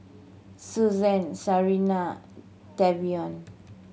Suzanne Sarina Tavion